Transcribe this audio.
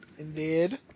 Indeed